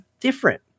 different